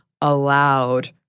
allowed